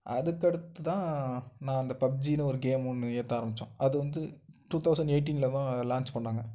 அதுக்கடுத்து தான் நான் அந்த பப்ஜின்னு ஒரு கேம் ஒன்று ஏற்ற ஆரம்மிச்சோம் அது வந்து டூ தௌசண்ட் எயிட்டீனில் தான் அதை லான்ச் பண்ணாங்கள்